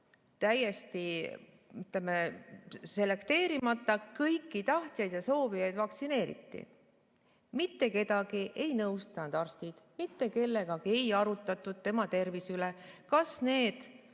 täiesti selekteerimata kõiki tahtjaid ja soovijaid vaktsineeriti. Mitte kedagi arstid ei nõustanud, mitte kellegagi ei arutatud tema tervise üle, kas need